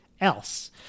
else